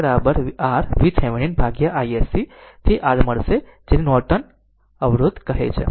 આમ R2 r VThevenin ભાગ્યા iSC તે r મળશે જેને નોર્ટન અવરોધ કહે છે